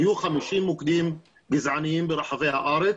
היו 50 מוקדים גזעניים ברחבי הארץ,